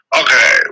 okay